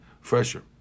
fresher